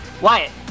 Wyatt